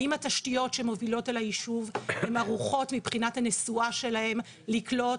האם התשתיות שמובילות אל היישוב הן ערוכות מבחינת הנשואה שלהן לקלוט